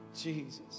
Jesus